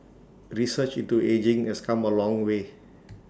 research into ageing has come A long way